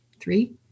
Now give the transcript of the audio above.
three